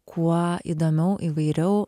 kuo įdomiau įvairiau